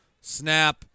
Snap